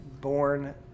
born